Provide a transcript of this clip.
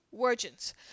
virgins